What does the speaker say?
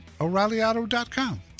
O'ReillyAuto.com